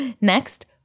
next